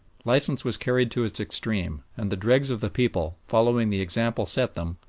licence was carried to its extreme, and the dregs of the people, following the example set them,